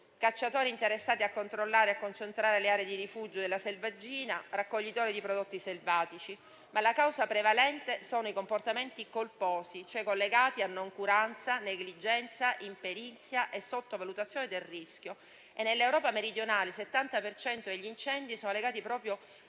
cacciatori interessati a controllare e concentrare le aree di rifugio della selvaggina o raccoglitori di prodotti selvatici. La causa prevalente degli incendi però sono i comportamenti colposi, collegati a noncuranza, negligenza, imperizia e sottovalutazione del rischio. Nell'Europa meridionale, il 70 per cento degli incendi è legato proprio